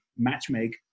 matchmake